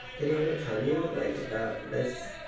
did he ever tell you like about this?